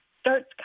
starts